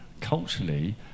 Culturally